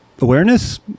awareness